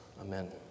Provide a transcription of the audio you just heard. amen